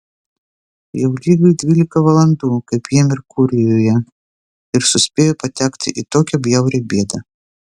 jau lygiai dvylika valandų kaip jie merkurijuje ir suspėjo patekti į tokią bjaurią bėdą